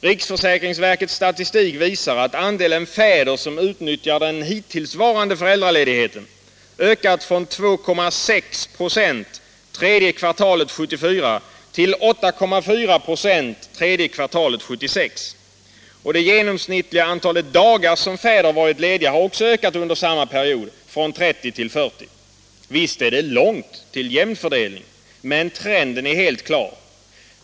Riksförsäkringsverkets statistik visar att andelen fäder som utnyttjar den hittillsvarande föräldraledigheten har ökat från 2,6 96 tredje kvartalet 1974 till 8,4 96 tredje kvartalet 1976. Det genomsnittliga antalet dagar som fäder har varit lediga har också ökat under samma period, från 30 till 40. Visst är det långt till en jämn fördelning, men trenden är helt klar.